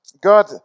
God